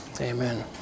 Amen